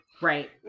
right